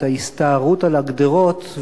את ההסתערות על הגדרות,